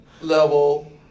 level